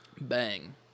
Bang